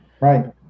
Right